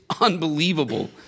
unbelievable